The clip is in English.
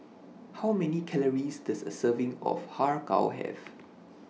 How Many Calories Does A Serving of Har Kow Have